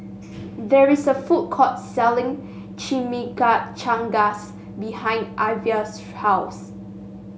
there is a food court selling Chimichangas behind Ivah's house